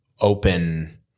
open